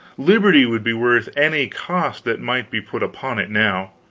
liberty would be worth any cost that might be put upon it now.